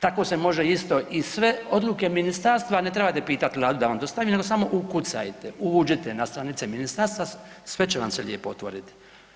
Tako se može isto i sve odluke ministarstva ne trebate pitati Vladu da vam dostavi, nego samo ukucajte, uđete na stranice ministarstva sve će vam se lijepo otvoriti.